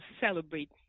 celebrate